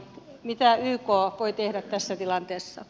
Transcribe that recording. mitä yk voi tehdä tässä tilanteessa